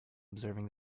observing